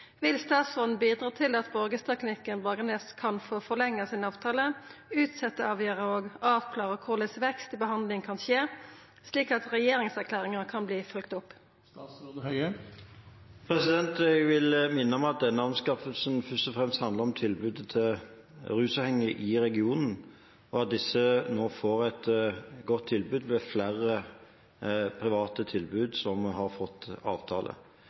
Vil statsråden bidra til at Borgestadklinikken Bragernes kan få forlengja sin avtale, utsetje avgjerda og avklare korleis vekst i behandling kan skje, slik at regjeringserklæringa blir følgd opp?» Jeg vil minne om at denne anskaffelsen først og fremst handler om tilbudet til rusavhengige i regionen, og at disse nå får et godt tilbud ved flere private tilbud som har fått avtale.